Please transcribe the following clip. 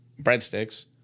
breadsticks